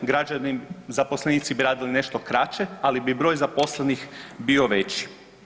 Građani, zaposlenici bi radili nešto kraće, ali bi broj zaposlenih bio veći.